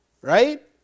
Right